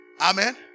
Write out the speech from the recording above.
Amen